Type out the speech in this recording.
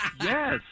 Yes